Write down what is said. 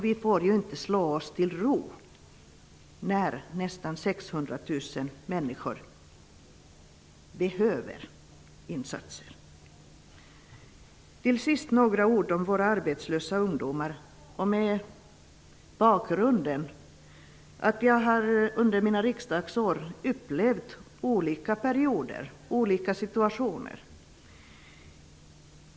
Vi får inte slå oss till ro när nästan 600 000 människor behöver insatser. Låt mig till sist säga några ord om våra arbetslösa ungdomar. Under mina riksdagsår har jag upplevt olika perioder och olika situationer.